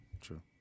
True